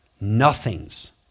nothings